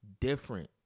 Different